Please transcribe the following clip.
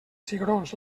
cigrons